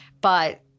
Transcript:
But-